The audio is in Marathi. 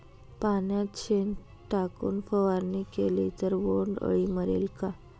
पाण्यात शेण टाकून फवारणी केली तर बोंडअळी मरेल का?